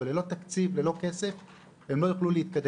אבל ללא תקציב , ללא כסף, הם לא יוכלו להתקדם.